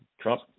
Trump